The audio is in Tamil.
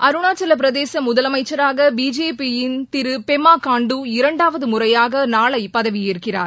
அருணாச்சல பிரதேச முதலமைச்சராக பிஜேபி யின் திரு பெமா காண்டு இரண்டாவது முறையாக நாளை பதவியேற்கிறார்